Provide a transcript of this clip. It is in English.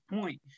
point